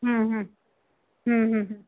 हम्म हम्म हम्म हम्म